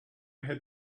had